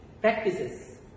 practices